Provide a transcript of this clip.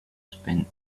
spend